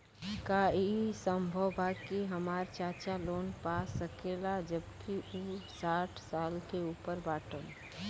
का ई संभव बा कि हमार चाचा लोन पा सकेला जबकि उ साठ साल से ऊपर बाटन?